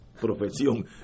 profesión